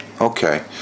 Okay